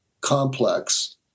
complex